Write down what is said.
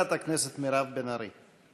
חברת הכנסת מירב בן ארי.